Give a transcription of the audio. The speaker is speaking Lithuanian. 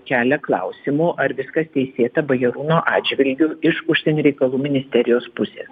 kelia klausimų ar viskas teisėta bajarūno atžvilgiu iš užsienio reikalų ministerijos pusės